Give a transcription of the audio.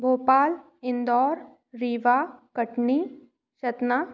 Bhopal Indore Rewa Katni Satna